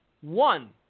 one